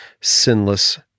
sinless